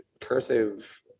cursive